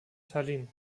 tallinn